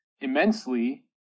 immensely